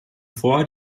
vor